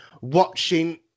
watching